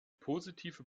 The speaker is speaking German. positive